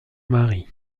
mari